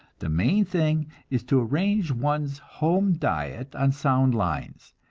the main thing is to arrange one's home diet on sound lines,